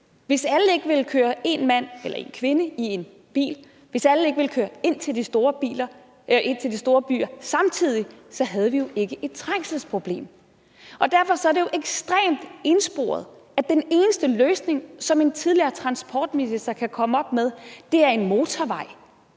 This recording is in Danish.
Hvis man ikke ville køre én mand eller én kvinde i én bil, og hvis alle ikke ville køre ind til de store byer samtidig, havde vi jo ikke et trængselsproblem. Og derfor er det jo ekstremt ensporet, at den eneste løsning, som en tidligere transportminister kan komme op med, er en motorvej.